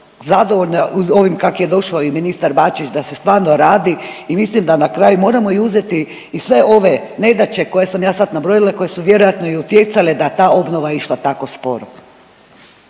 zadovoljna ovim kak' je došao i ministar Bačić da se stvarno radi. I mislim da na kraju moramo i uzeti i sve ove nedaće koje sam ja sad nabrojila, koje su vjerojatno i utjecale da je ta obnova išla tako sporo.